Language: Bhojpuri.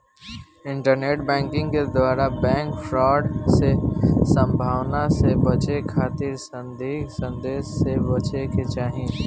इंटरनेट बैंकिंग के दौरान बैंक फ्रॉड के संभावना से बचे खातिर संदिग्ध संदेश से बचे के चाही